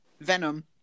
Venom